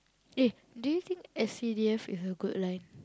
eh do you think S_C_D_F is a good line